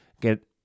Get